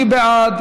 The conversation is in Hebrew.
מי בעד?